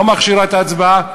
לא מכשירה את ההצבעה,